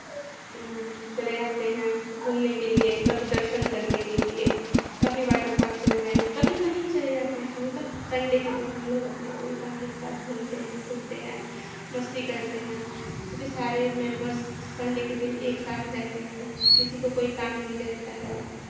नहीं चले जाते हैं घूमने के लिए कभी दर्शन करने के लिए कभी वाटर पार्क चले जाएंगे कभी कहीं चले जाते हैं मतलब संडे के दिन हमलोग अपनी पूरी फैमिली के साथ घूमते हैं फिरते हैं मस्ती करते हैं क्योंकि सारे मेम्बर संडे के दिन एकसाथ रहते हैं किसी को कोई काम नहीं रहता है